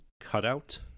cutout